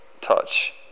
touch